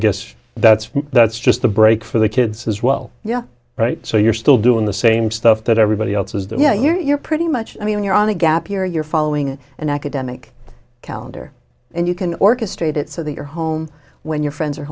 guess that's that's just a break for the kids as well yeah right so you're still doing the same stuff that everybody else is that yeah you're pretty much i mean you're on a gap year you're following an academic calendar and you can orchestrate it so that you're home when your friends are